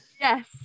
Yes